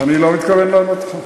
אני לא מתכוון לענות לך.